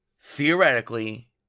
theoretically